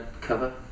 cover